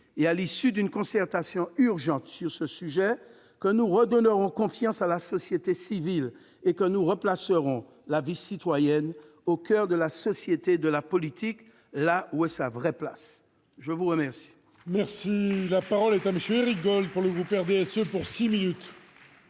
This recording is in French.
et à l'issue d'une concertation urgente sur ce sujet que nous redonnerons confiance à la société civile et que nous replacerons la vie citoyenne au coeur de la société et de la politique, là où est sa vraie place ! La parole